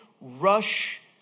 rush